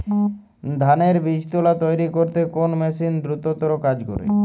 ধানের বীজতলা তৈরি করতে কোন মেশিন দ্রুততর কাজ করে?